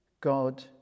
God